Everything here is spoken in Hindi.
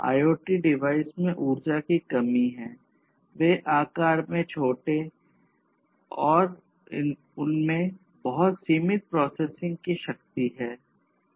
IoT डिवाइस में ऊर्जा की कमी हैं वे आकार में छोटे हैं और उनमें बहुत सीमित प्रोसेसिंग की शक्ति है